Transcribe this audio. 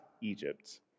Egypt